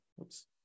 Oops